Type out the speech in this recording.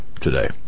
today